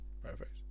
Perfect